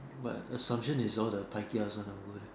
but assumptions is all the pai kia one uh go there